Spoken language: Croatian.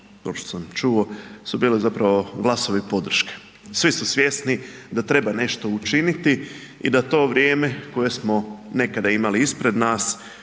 kao što sam čuo su bile zapravo glasovi podrške. Svi su svjesni da treba nešto učiniti i da to vrijeme koje smo nekada imali ispred nas